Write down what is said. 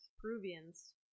Peruvians